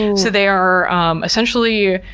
and so they are um essentially,